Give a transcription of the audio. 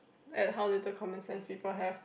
at how little common sense people have